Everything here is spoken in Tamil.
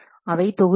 அவை தொகுதி1